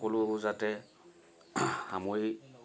সকলো যাতে সামৰি